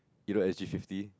you know S_G fifty